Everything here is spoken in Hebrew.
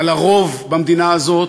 על הרוב במדינה הזאת,